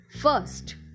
First